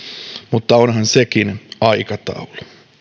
mutta onhan sekin aikataulu